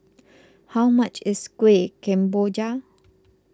how much is Kuih Kemboja